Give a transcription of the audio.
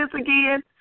again